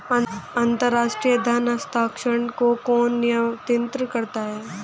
अंतर्राष्ट्रीय धन हस्तांतरण को कौन नियंत्रित करता है?